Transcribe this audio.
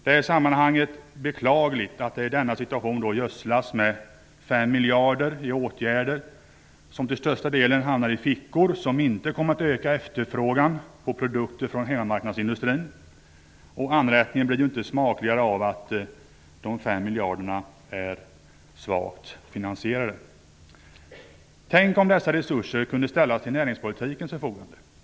Det är i sammanhanget beklagligt att det i denna situation gödslas med 5 miljarder till åtgärder som till största delen hamnar i sådana fickor att det inte kommer att öka efterfrågan på produkter från hemmamarknadsindustrin. Anrättningen blir ju inte smakligare av att de 5 miljarderna är svagt finansierade. Tänk om dessa resurser kunde ställas till näringspolitikens förfogande!